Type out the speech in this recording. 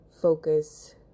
Focus